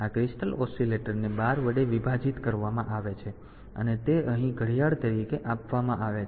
તેથી આ ક્રિસ્ટલ ઓસિલેટરને 12 વડે વિભાજિત કરવામાં આવે છે અને તે અહીં ઘડિયાળ તરીકે આપવામાં આવે છે